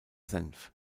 senf